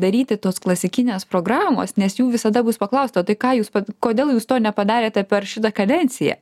daryti tos klasikinės programos nes jų visada bus paklausta o tai ką jūs kodėl jūs to nepadarėte per šitą kadenciją